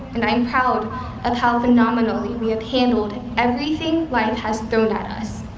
and i'm proud of how phenomenally we have handled everything life has thrown at us.